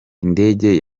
indege